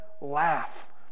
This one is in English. laugh